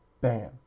bam